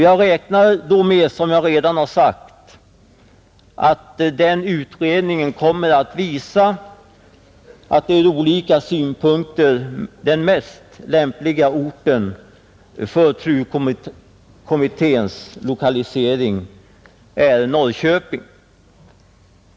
Jag räknar då med, som jag redan har sagt, att utredningen kommer att visa att den ur olika synpunkter mest lämpliga orten för TRU-kommitténs lokalisering är Norrköping.